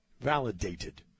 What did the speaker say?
Validated